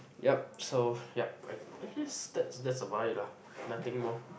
yup so yup I think that that's about it lah nothing more